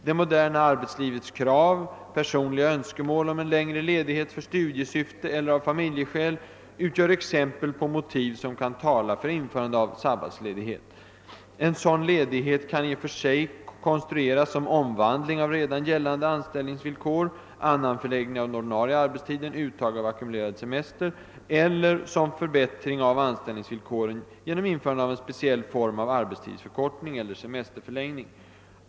Det moderna arbetslivets krav, personliga önskemål om en längre ledighet för studiesyfte eller av familjeskäl utgör exempel på motiv som kan tala för införande av sabbatsledighet. En sådan ledighet kan i och för sig konstrueras såsom omvandling av redan gällande anställningsvillkor eller såsom förbättring av anställningsvillkoren genom införande av en speciell form av arbetstidsförkortning eller semesterförlängning.